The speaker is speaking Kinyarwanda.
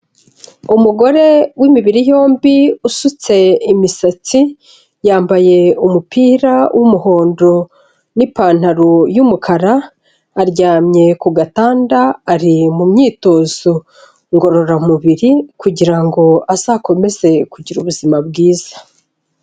Umugore w'imibiri yombi usutse imisatsi, yambaye umupira w'umuhondo n'ipantaro y'umukara, aryamye ku gatanda ari mu myitozo ngororamubiri kugira ngo azakomeze kugira ubuzima bwiza.